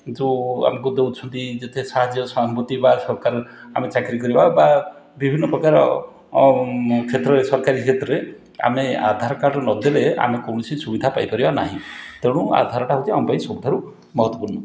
ଯେଉଁ ଆମକୁ ଦେଉଛନ୍ତି ଯେତେ ସାହାଯ୍ୟ ସହାନୁଭୂତି ବା ସରକାର ଆମେ ଚାକିରୀ କରିବା ବା ବିଭିନ୍ନ ପ୍ରକାର କ୍ଷେତ୍ରରେ ସରକାରୀ କ୍ଷେତ୍ରରେ ଆମେ ଆଧାର କାର୍ଡ଼ ନଦେଲେ ଆମେ କୌଣସି ସୁବିଧା ପାଇପାରିବା ନାହିଁ ତେଣୁ ଆଧାରଟା ହେଉଛି ଆମ ପାଇଁ ସବୁଠାରୁ ମହତ୍ୱପୂର୍ଣ୍ଣ